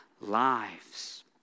lives